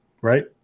right